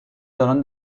دارن